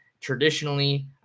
traditionally